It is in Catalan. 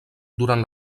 durant